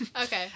Okay